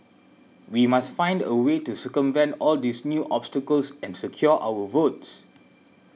we must find a way to circumvent all these new obstacles and secure our votes